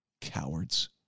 Cowards